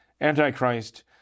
Antichrist